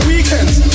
Weekends